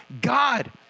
God